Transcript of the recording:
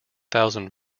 thousand